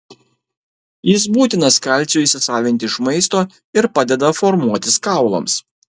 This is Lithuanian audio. jis būtinas kalciui įsisavinti iš maisto ir padeda formuotis kaulams